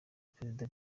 perezida